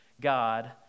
God